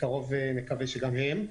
בקרוב נקווה שגם הם.